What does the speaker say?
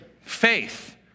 Faith